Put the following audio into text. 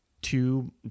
Two